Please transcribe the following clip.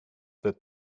that